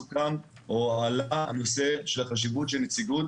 סוכם או עלה הנושא של חשיבות הנציגות